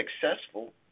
successful